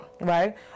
right